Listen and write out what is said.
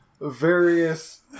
various